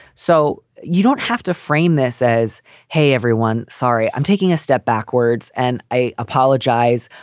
so you don't have to frame this says hey, everyone. sorry, i'm taking a step backwards and i apologize.